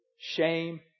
shame